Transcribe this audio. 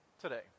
today